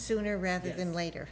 sooner rather than later